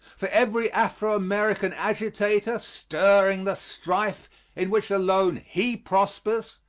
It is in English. for every afro-american agitator, stirring the strife in which alone he prospers,